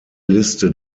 liste